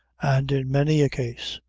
and in many a case,